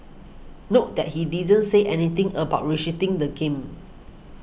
note that he didn't say anything about restricting the game